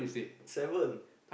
seven